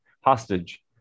hostage